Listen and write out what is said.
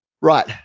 Right